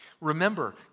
Remember